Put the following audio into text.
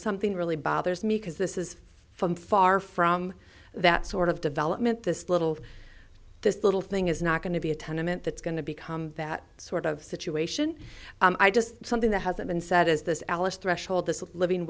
something really bothers me because this is far from that sort of development this little this little thing is not going to be a tenement that's going to become that sort of situation i just something that hasn't been said is this alice threshold this living